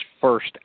first